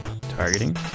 Targeting